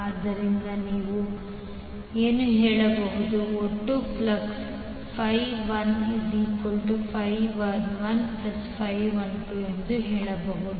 ಆದ್ದರಿಂದ ನೀವು ಏನು ಹೇಳಬಹುದು ಒಟ್ಟು ಫ್ಲಕ್ಸ್ 11112 ಎಂದು ಹೇಳಬಹುದು